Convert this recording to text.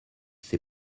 ses